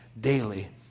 daily